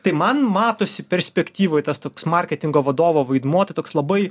tai man matosi perspektyvoj tas toks marketingo vadovo vaidmuo tai toks labai